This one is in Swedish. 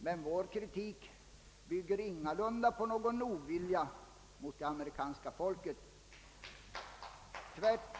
Men vår kritik bygger ingalunda på någon ovilja mot det amerikanska folket.